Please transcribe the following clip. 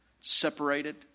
separated